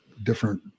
different